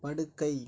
படுக்கை